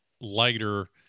lighter